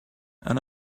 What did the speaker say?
and